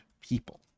people